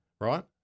right